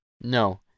No